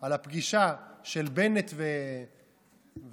על הפגישה של בנט וקריב,